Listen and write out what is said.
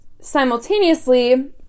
simultaneously